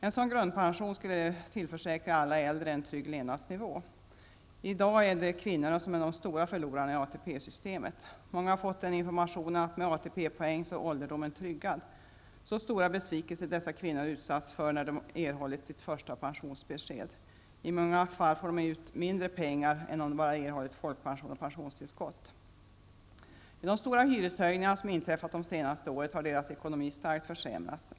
En sådan grundpension skulle tillförsäkra alla äldre en trygg levnadsnivå. I dag är det kvinnorna som är de stora förlorarna i ATP-systemet. Många har fått informationen att med ATP-poäng är ålderdomen tryggad. Så stora besvikelser dessa kvinnor utsatts för när de erhållit sitt första pensionsbesked! I många fall får de ut mindre pengar än om de bara erhållit folkpension och pensionstillskott. Med de stora hyreshöjningar som har inträffat under det senaste året har dessa kvinnors ekonomi starkt försämrats.